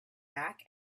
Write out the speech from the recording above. back